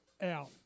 out